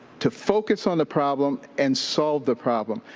to focus on the problem and solve the problem.